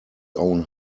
own